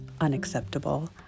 unacceptable